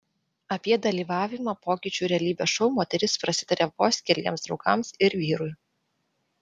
apie dalyvavimą pokyčių realybės šou moteris prasitarė vos keliems draugams ir vyrui